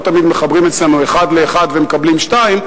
לא תמיד מחברים אצלנו אחת לאחת ומקבלים שתיים.